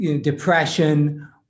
depression